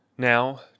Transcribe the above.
Now